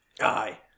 Aye